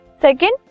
Second